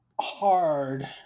hard